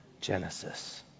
Genesis